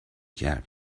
کرد